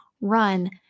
run